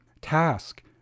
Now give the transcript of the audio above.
task